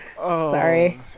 Sorry